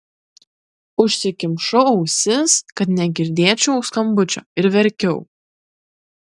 užsikimšau ausis kad negirdėčiau skambučio ir verkiau